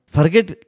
Forget